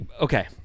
okay